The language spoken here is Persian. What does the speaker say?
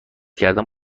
کردن